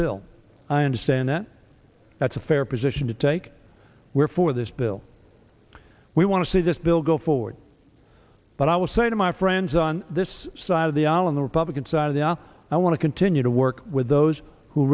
bill i understand that that's a fair position to take we're for this bill we want to see this bill go forward but i would say to my friends on this side of the aisle in the republican side of the i want to continue to work with those who